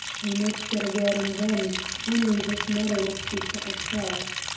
i might get a word in then only, this matter must be settled first.